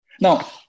Now